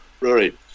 Rory